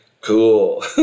Cool